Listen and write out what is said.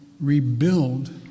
rebuild